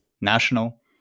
national